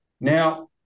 Now